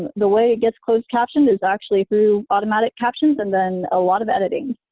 the way it gets closed captioned is actually through automatic captions and then a lot of editing.